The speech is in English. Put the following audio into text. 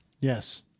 Yes